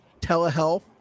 telehealth